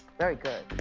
very good.